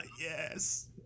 yes